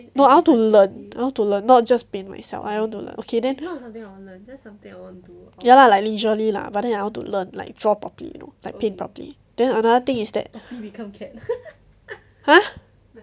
no I want to learn I want to learn not just paint myself I want to learn okay then ya lah like leisurely lah but then I want to learn like draw properly you know like paint properly then another thing is that !huh!